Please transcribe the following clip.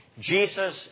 Jesus